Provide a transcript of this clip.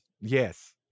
yes